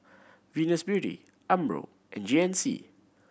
Venus Beauty Umbro and G N C